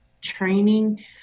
training